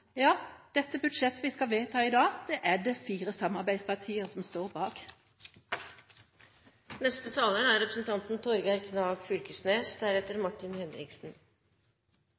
Ja, det budsjettet vi skal vedta i dag, er det fire samarbeidspartier som står